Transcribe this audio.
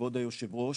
כבוד היושב ראש,